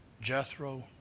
Jethro